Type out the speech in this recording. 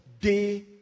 day